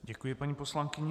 Děkuji paní poslankyni.